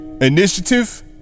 initiative